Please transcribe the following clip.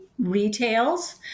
Retails